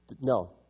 No